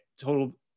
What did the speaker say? total